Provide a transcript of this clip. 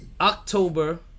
October